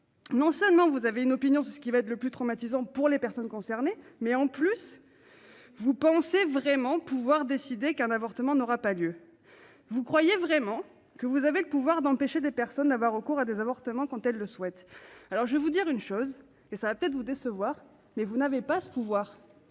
Non seulement vous avez une opinion sur ce qui va être le plus traumatisant pour les personnes concernées, mais en plus vous pensez vraiment pouvoir décider qu'un avortement n'aura pas lieu. Vous croyez vraiment que vous avez le pouvoir d'empêcher des personnes d'avoir recours à des avortements quand elles le souhaitent. Je vais vous dire une chose. Cela va peut-être vous décevoir, mais vous n'avez pas ce pouvoir.